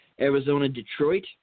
Arizona-Detroit